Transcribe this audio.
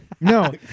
No